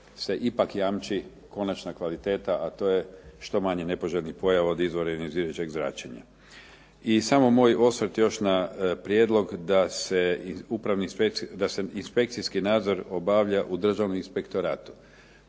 ipak jamči konačna kvaliteta a to je što manje nepoželjnih pojava od izvora ionizirajućeg zračenja. I samo moj osvrt još na prijedlog da se inspekcijski nadzor obavlja u Državnom inspektoratu.